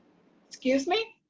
excuse me?